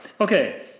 Okay